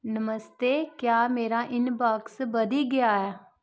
नमस्ते क्या मेरा इनबॉक्स बधी गेआ ऐ